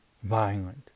Violent